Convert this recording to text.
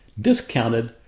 discounted